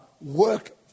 work